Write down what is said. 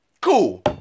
Cool